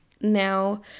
Now